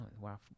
Wow